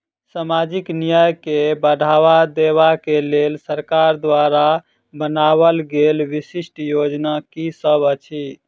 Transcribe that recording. सामाजिक न्याय केँ बढ़ाबा देबा केँ लेल सरकार द्वारा बनावल गेल विशिष्ट योजना की सब अछि?